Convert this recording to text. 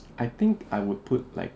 I think I would put like